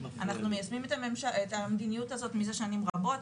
אנחנו מיישמים את המדיניות הזאת מזה שנים רבות.